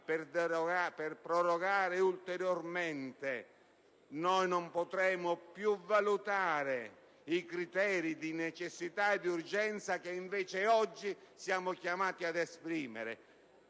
per prorogare ulteriormente, non potremo più valutare i criteri di necessità ed urgenza sui quali, invece, oggi siamo chiamati ad esprimerci.